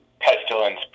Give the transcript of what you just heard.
Pestilence